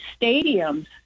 stadiums